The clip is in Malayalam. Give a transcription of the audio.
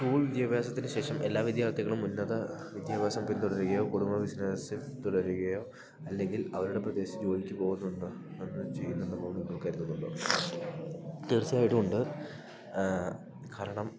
സ്കൂൾ വിദ്യാഭ്യാസത്തിന് ശേഷം എല്ലാ വിദ്യാർത്ഥികളും ഉന്നത വിദ്യാഭ്യാസം പിന്തുടരുകയോ കുടുംബ ബിസിനസിൽ തുടരുകയോ അല്ലെങ്കിൽ അവരുടെ പ്രദേശത്ത് ജോലിക്ക് പോകുന്നുണ്ടോ എന്ന് ചെയ്യുന്നുണ്ടെന്ന് നിങ്ങൾ കരുതുന്നുണ്ടോ തീർച്ഛയായിട്ടും ഉണ്ട് കാരണം